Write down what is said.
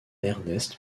ernest